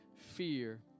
fear